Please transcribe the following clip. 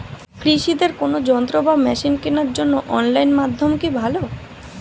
কৃষিদের কোন যন্ত্র বা মেশিন কেনার জন্য অনলাইন মাধ্যম কি ভালো?